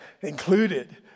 included